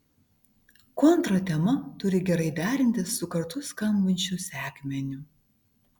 kontratema turi gerai derintis su kartu skambančiu sekmeniu